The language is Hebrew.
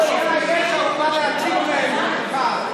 הישיבה בעיצומה.